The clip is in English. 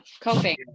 coping